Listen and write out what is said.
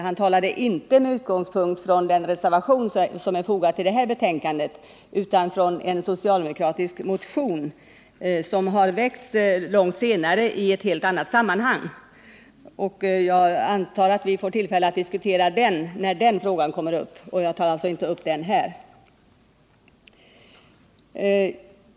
Han talade inte med utgångspunkt i den reservation som är fogad till detta betänkande utan med utgångspunkt i en socialdemokratisk motion som har väckts långt senare i ett helt annat sammanhang. Jag antar att vi får tillfälle att diskutera motionen när den frågan kommer upp till behandling, och jag tar alltså inte upp den här.